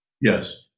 Yes